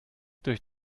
durch